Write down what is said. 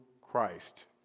Christ